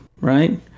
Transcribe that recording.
Right